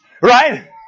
Right